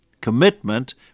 Commitment